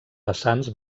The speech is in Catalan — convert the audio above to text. vessants